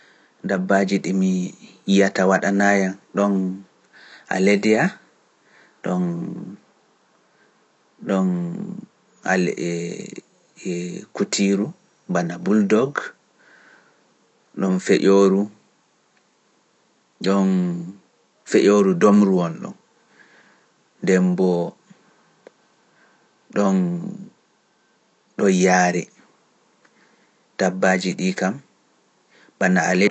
Dabbaaji ɗi mi yiyata waɗanaa yam, ɗoon Aledia, ɗoon Kutiru, bana Buldog, ɗoon Feƴooru, ɗoon Feƴooru domru won ɗon, Demboo, ɗoon ɗo yaari tabaaji ɗi kam.